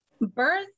Birth